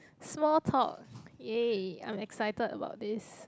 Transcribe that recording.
small talk yay I am excited about this